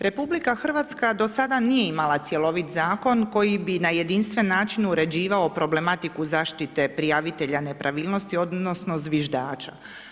RH do sada nije imala cjelovit zakon koji bi na jedinstveni način uređivao problematiku zaštite prijavitelja nepravilnosti odnosno, zviždača.